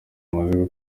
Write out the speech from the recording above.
amaze